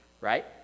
right